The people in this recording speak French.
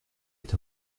est